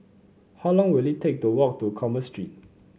how long will it take to walk to Commerce Street